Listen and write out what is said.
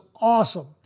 awesome